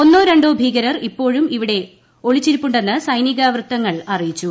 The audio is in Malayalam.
ഒന്നോ രണ്ടോ ഭീകരർ ഇപ്പോഴും അവിടെ ഒളിച്ചിരിപ്പുണ്ടെന്ന് സൈനിക വക്താക്കൾ അറിയിച്ചു